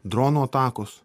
dronų atakos